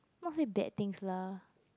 not say bad things lah